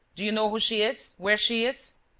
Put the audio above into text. do you know who she is, where she is?